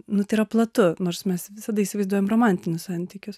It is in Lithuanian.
nu tai yra platu nors mes visada įsivaizduojam romantinius santykius